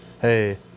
Hey